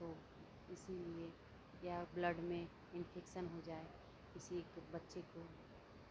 इसीलिए या ब्लड में इन्फेक्शन हो जाए किसी बच्चे को